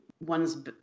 one's